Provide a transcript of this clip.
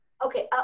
Okay